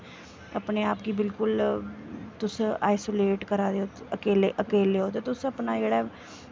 अपने आप गी तुस बिल्कुल अईसोलेट करा दे ओ अकेले अकेले ओ ते तुस अपना